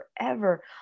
forever